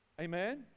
Amen